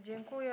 Dziękuję.